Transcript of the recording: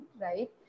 Right